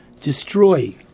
destroy